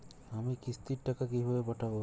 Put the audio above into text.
আমি কিস্তির টাকা কিভাবে পাঠাব?